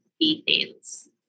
details